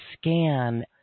scan